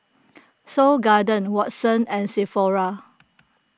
Seoul Garden Watsons and Sephora